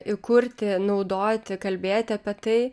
įkurti naudoti kalbėti apie tai